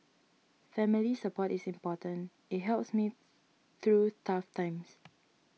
family support is important it helps me through tough times